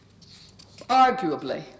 Arguably